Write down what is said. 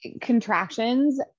contractions